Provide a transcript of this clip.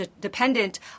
dependent